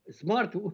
Smart